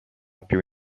più